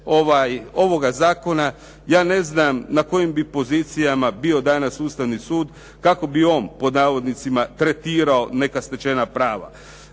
ovoga zakona, ja ne znam na kojim bi pozicijama bio danas Ustavni sud kako bi on "tretirao" neka stečena prava.